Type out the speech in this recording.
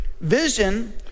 Vision